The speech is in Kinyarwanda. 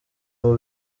ubu